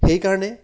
সেইকাৰণে